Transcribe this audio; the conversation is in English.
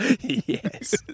Yes